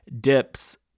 dips